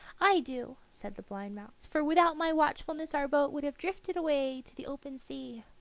i do, said the blind mouse, for without my watchfulness our boat would have drifted away to the open sea.